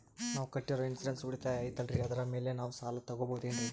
ನಾವು ಕಟ್ಟಿರೋ ಇನ್ಸೂರೆನ್ಸ್ ಉಳಿತಾಯ ಐತಾಲ್ರಿ ಅದರ ಮೇಲೆ ನಾವು ಸಾಲ ತಗೋಬಹುದೇನ್ರಿ?